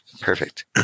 perfect